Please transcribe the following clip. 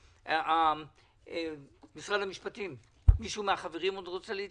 מישהו מהחברים רוצה עוד להתייחס?